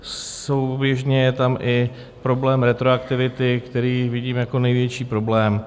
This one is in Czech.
Souběžně je tam i problém retroaktivity, který vidím jako největší problém.